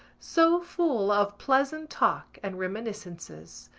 so full of pleasant talk and reminiscences.